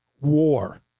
War